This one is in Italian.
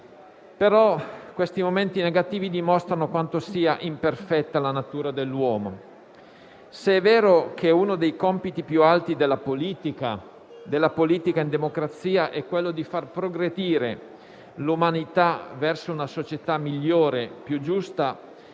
Questi momenti negativi dimostrano quanto sia imperfetta la natura dell'uomo. Se è vero che uno dei compiti più alti della politica, in democrazia, è quello di far progredire l'umanità verso una società migliore e più giusta,